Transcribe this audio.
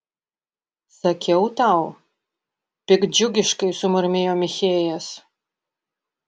sakiau tau piktdžiugiškai sumurmėjo michėjas